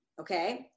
okay